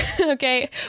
Okay